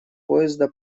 поезда